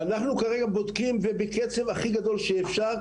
אנחנו כרגע בודקים ובקצב הכי מהיר שאפשר,